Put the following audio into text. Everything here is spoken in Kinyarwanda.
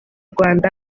rwanda